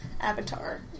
avatar